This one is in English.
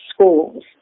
schools